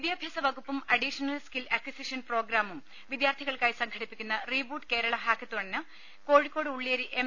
വിദ്യാഭ്യാസ വകുപ്പും additional skill acquisition പ്രോഗ്രാമും വിദ്യാർത്ഥികൾക്കായി സംഘടിപ്പിക്കുന്ന റീബൂട്ട് കേരള ഹാക്കത്തോണിന് കോഴിക്കോട് ഉള്ള്യേരി എം